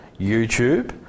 YouTube